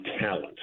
talent